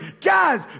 guys